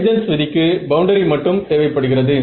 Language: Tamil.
ஹைஜன்ஸ் விதிக்கு பவுண்டரி மட்டும் தேவைப்படுகிறது